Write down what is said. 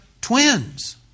twins